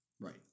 Right